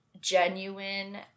Genuine